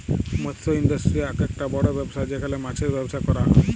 মৎস ইন্ডাস্ট্রি আককটা বড় ব্যবসা যেখালে মাছের ব্যবসা ক্যরা হ্যয়